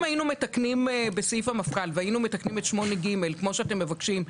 אם היינו מתקנים בסעיף המפכ"ל והיינו מתקנים את 8ג כמו שאתם מבקשים,